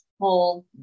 whole